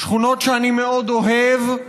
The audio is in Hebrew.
שכונות שאני מאוד אוהב,